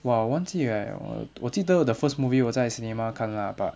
!wah! 我忘记 eh 我我记得 the first movie 我在 cinema 看 lah but